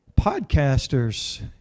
Podcasters